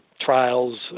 trials